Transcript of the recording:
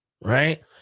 Right